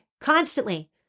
constantly